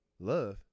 love